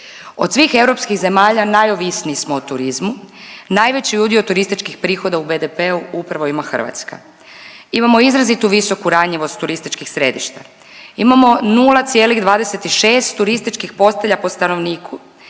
Od svih europskih zemalja najovisniji smo o turizmu, najveći udio turističkih prihoda u BDP-u upravo ima Hrvatska. Imamo izrazito visoku ranjivost turističkih središta, imamo 0,26 turističkih postelja po stanovniku